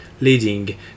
leading